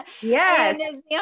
Yes